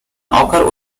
occur